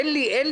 אין לי דרך.